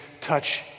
touch